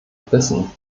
wissen